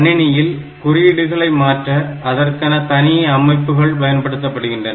கணினியில் குறியீடுகளை மாற்ற அதற்கென தனியே அமைப்புகள் பயன்படுத்தப்படுகின்றன